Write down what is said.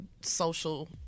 social